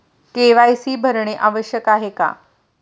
KYC भरणे आवश्यक आहे का?